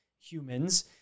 humans